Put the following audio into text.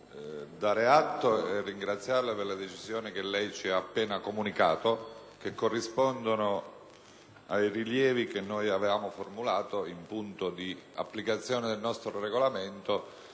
darle atto della decisione che lei ci ha appena comunicato, che corrisponde ai rilievi che noi avevamo formulato in punto di applicazione del nostro Regolamento,